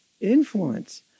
influence